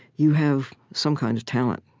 you have some kind of talent.